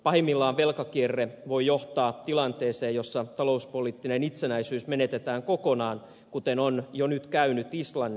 pahimmillaan velkakierre voi johtaa tilanteeseen jossa talouspoliittinen itsenäisyys menetetään kokonaan kuten on jo nyt käynyt islannille